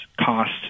cost